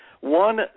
One